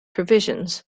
provisions